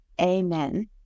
Amen